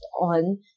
on